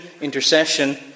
intercession